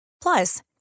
Plus